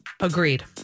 Agreed